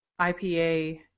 IPA